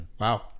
Wow